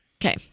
Okay